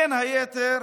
בין היתר